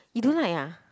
you don't like ah